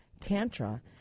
Tantra